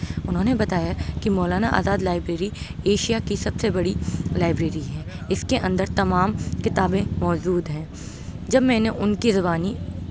انہوں نے بتایا کہ مولانا آزاد لائبریری ایشیا کی سب سے بڑی لائبریری ہے اس کے اندر تمام کتابیں موجود ہیں جب میں نے ان کی زبانی